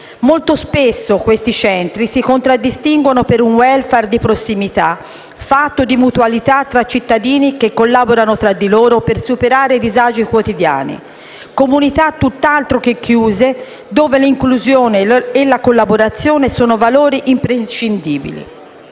Molto spesso questi centri si contraddistinguono per un *welfare* di prossimità fatto di mutualità tra cittadini che collaborano tra di loro per superare i disagi quotidiani; comunità tutt'altro che chiuse dove l'inclusione e la collaborazione sono valori imprescindibili.